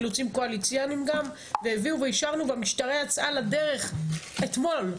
אילוצים קואליציוניים גם והביאו ואישרנו והמשטרה יצאה לדרך אתמול,